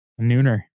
Nooner